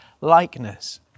likeness